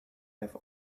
have